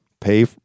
pay